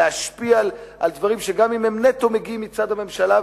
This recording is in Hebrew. להשפיע על דברים שגם אם הם מגיעים נטו מצד הממשלה,